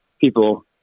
people